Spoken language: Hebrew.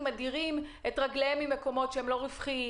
מדירים את רגליהם ממקומות לא רווחיים,